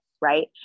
right